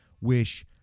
wish